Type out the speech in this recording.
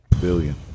billion